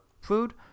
food